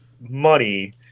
money